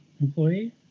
employee